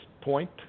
point